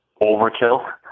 overkill